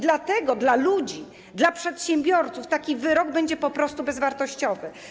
Dlatego dla ludzi, dla przedsiębiorców taki wyrok będzie po prostu bezwartościowy.